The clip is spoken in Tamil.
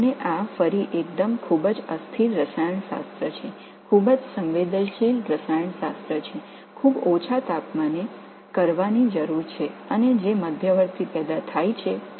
இவை மீண்டும் மிகவும் நிலையற்ற வேதியியல் மிகவும் மிக முக்கியமான வேதியியல் மிகக் குறைந்த வெப்பநிலையில் செய்யப்பட வேண்டும் மற்றும் உருவாக்கப்படும் இடைநிலை மிகவும் நிலையானவை அல்ல